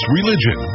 religion